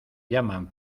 llaman